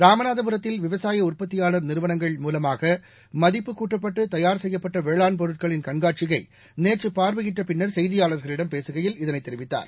ராமநாதபுரத்தில் விவசாய உற்பத்தியாளர் நிறுவனங்கள் மூலமாக மதிப்பு கூட்டப்பட்டு தயார் செய்யப்பட்ட வேளாண் பொருட்களின் கண்காட்சியை நேற்று பார்வையிட்ட பின்னர் செய்தியாளர்களிடம் பேசுகையில் இதனை தெரிவித்தார்